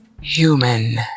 human